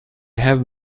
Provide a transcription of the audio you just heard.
have